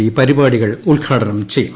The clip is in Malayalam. പി പരിപാടികൾ ഉൽഘാടനം ചെയ്യും